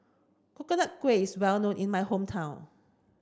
Coconut Kuih is well known in my hometown